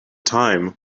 time